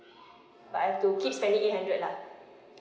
but I have to keep spending eight hundred lah